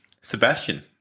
Sebastian